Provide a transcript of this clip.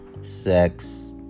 sex